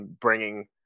bringing